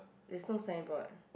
there's no signboard